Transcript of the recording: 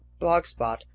blogspot